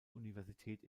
universität